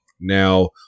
now